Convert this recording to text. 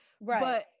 Right